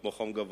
כמו חום גבוה.